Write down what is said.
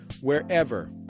wherever